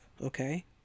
okay